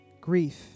Grief